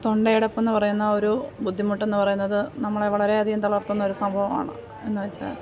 തൊണ്ടയടപ്പെന്ന് പറയുന്ന ഒരു ബുദ്ധിമുട്ടെന്ന് പറയുന്നത് നമ്മളെ വളരെയധികം തളർത്തുന്നൊരു സംഭവമാണ് എന്നു വെച്ചാൽ